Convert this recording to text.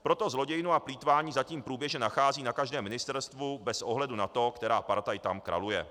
Proto zlodějnu a plýtvání zatím průběžně nachází na každém ministerstvu bez ohledu na to, která partaj tam kraluje.